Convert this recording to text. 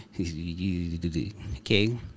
okay